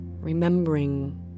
Remembering